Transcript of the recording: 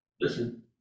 Listen